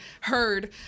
heard